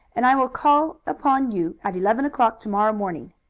and i will call upon you at eleven o'clock to-morrow morning.